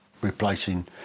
replacing